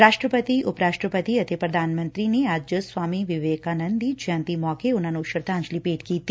ਰਾਸ਼ਟਰਪਤੀ ਉਪ ਰਾਸ਼ਟਰਪਤੀ ਅਤੇ ਪ੍ਰਧਾਨ ਮੰਤਰੀ ਨੇ ਅੱਜ ਸਵਾਮੀ ਵਿਵੇਕਾੰਦ ਦੀ ਜੈਯੰਤੀ ਮੌਕੇ ਉਨ੍ਹਾਂ ਨੂੰ ਸ਼ਰਧਾਂਜਲੀ ਭੇਂਟ ਕੀਤੀ